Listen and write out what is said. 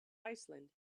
iceland